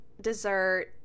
Dessert